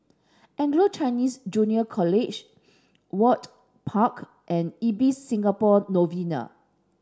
Anglo Chinese Junior College Ewart Park and Ibis Singapore Novena